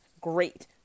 Great